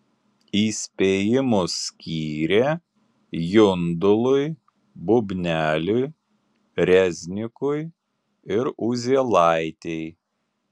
įspėjimus skyrė jundului bubneliui reznikui ir uzielaitei